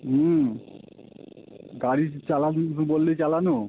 হুম গাড়ি চালাবি বললেই চালানো